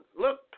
look